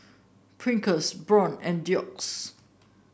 Pringles Braun and Doux